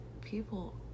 people